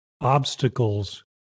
obstacles